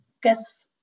guess